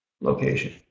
location